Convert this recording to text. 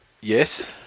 yes